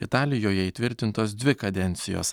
italijoje įtvirtintos dvi kadencijos